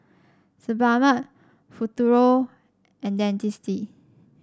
Sebamed Futuro and Dentiste